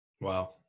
Wow